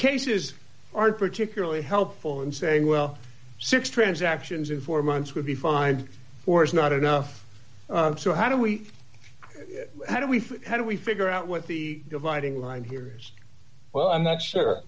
cases aren't particularly helpful and say well six transactions in four months would be fine or is not enough on so how do we how do we how do we figure out what the dividing line here's well i'm not sure